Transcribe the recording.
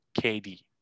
KD